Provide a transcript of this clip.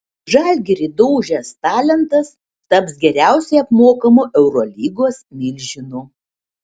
žalgirį daužęs talentas taps geriausiai apmokamu eurolygos milžinu